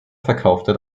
verkaufte